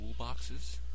toolboxes